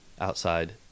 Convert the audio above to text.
outside